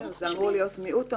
זה אמור להיות מיעוט המקרים.